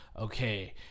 okay